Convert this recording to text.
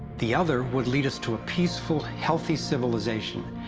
the other would lead us to a peaceful, healthy civilization,